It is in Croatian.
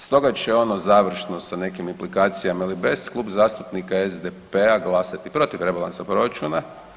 Stoga će ono završno sa nekim implikacijama ili bez Klub zastupnika SDP-a glasati protiv rebalansa proračuna.